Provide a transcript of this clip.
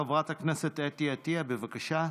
חברת הכנסת אתי עטייה, בבקשה.